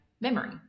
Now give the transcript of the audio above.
memory